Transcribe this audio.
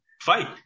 fight